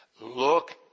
look